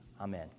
Amen